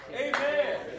Amen